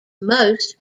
most